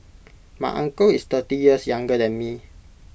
my uncle is thirty years younger than me